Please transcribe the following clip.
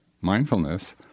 mindfulness